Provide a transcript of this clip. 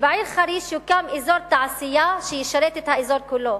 שבעיר חריש יוקם אזור תעשייה שישרת את האזור כולו?